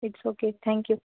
its okay thank you